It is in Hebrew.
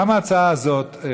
גם ההצעה הזאת,